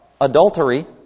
adultery